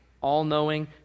all-knowing